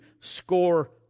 score